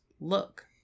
look